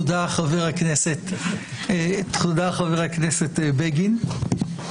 תודה, חבר הכנסת בגין.